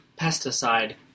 pesticide